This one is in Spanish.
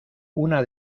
una